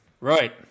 Right